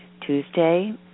Tuesday